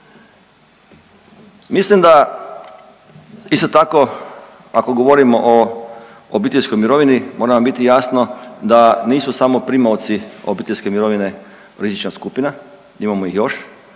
Mislim da isto tako, ako govorimo o obiteljskoj mirovini, mora vam biti jasno da nisu samo primaoci obiteljske mirovine rizična skupina, imamo ih još